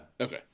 Okay